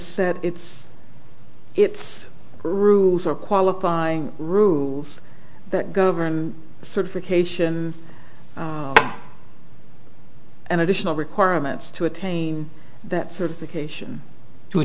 set its its rules or qualifying rules that govern certification and additional requirements to attain that certification to a